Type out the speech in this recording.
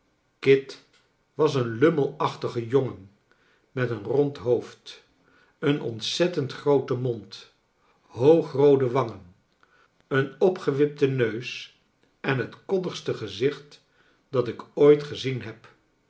kit was een lummelachtige jongen met een rond hoofd een ontzettend grooten mond hoogroode wangen een opgewipten neus en het koddigste gezicht dat ik ooit gezien heb